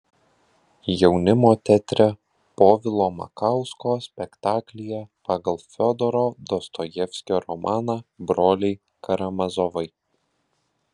jaunimo teatre povilo makausko spektaklyje pagal fiodoro dostojevskio romaną broliai karamazovai